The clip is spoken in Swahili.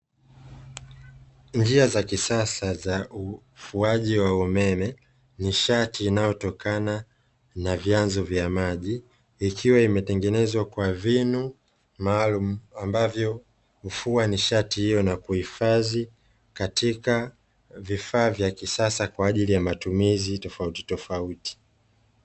Njia za ukuaji wa umeme nishati inayo vya maji ikiwa imetengenezwa kwa vinu maalum ambavyo huwa nishati hiyo na kuihifadhi katika vifaa vya kisasa kwa ajili ya matumizi tofauti tofauti.